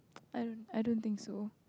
I don't I don't think so